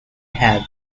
have